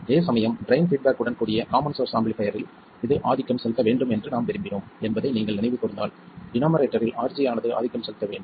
அதேசமயம் drain feedback உடன் கூடிய காமன் சோர்ஸ் ஆம்பிளிஃபைர் இல் இது ஆதிக்கம் செலுத்த வேண்டும் என்று நாம் விரும்பினோம் என்பதை நீங்கள் நினைவுகூர்ந்தால் டினோமரேட்டரில் RG ஆனது ஆதிக்கம் செலுத்த வேண்டும்